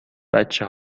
بچه